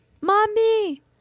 Mommy